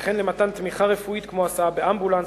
וכן למתן תמיכה רפואית כמו הסעה באמבולנס,